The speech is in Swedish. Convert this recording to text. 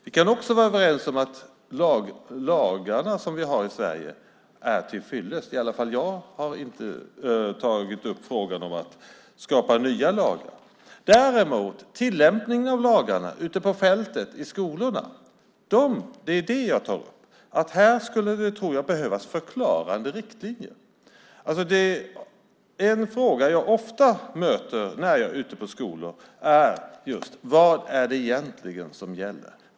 Vi kan också vara överens om att lagarna som vi har i Sverige är tillfyllest. Jag har i alla fall inte tagit upp frågan om att skapa nya lagar. Jag tar däremot upp tillämpningen av lagarna ute på fältet, i skolorna. Här tror jag att det skulle behövas förklarande riktlinjer. En fråga som jag ofta möter när jag är ute på skolor är just: Vad är det egentligen som gäller?